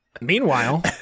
Meanwhile